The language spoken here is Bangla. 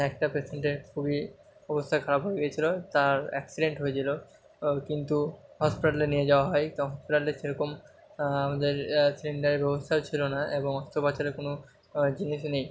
একটা পেসেন্টের খুবই অবস্থা খারাপ হয়ে গিয়েছিলো তার অ্যাকসিডেন্ট হয়েছিলো কিন্তু হসপিটালে নিয়ে যাওয়া হয় তো হসপিটালে সেরকম আমাদের এয়ার সিলিন্ডারের ব্যবস্থাও ছিলো না এবং অস্ত্রোপচারের কোনো জিনিস নেই